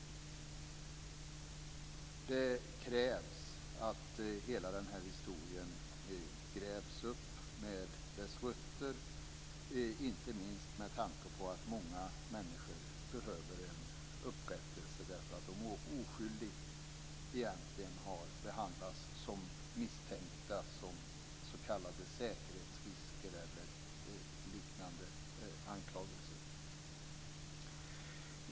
Det krävs att hela den här historien grävs upp med dess rötter, inte minst med tanke på att många människor behöver en upprättelse därför att de, trots att de är oskyldiga, egentligen behandlats som misstänkta, som s.k. säkerhetsrisker, eller utsatts för liknande anklagelser.